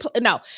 no